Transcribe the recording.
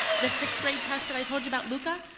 the sixth grade test that i told you about luca,